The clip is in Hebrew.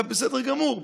אתה בסדר גמור,